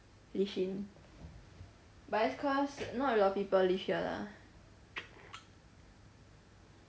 Li Shin by not alot of people lah